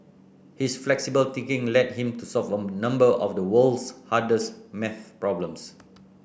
his flexible thinking led him to solve a number of the world's hardest maths problems